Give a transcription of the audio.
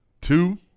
two